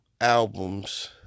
albums